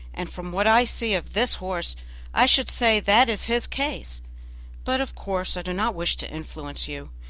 and from what i see of this horse i should say that is his case but of course i do not wish to influence you.